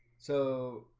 so